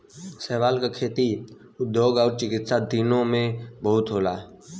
शैवाल क खेती, उद्योग आउर चिकित्सा तीनों में बहुते होला